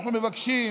ואנחנו מבקשים,